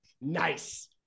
Nice